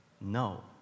no